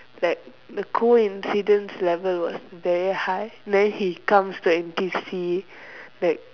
like the coincidence level was very high then he comes to N_T_U_C like